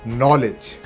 knowledge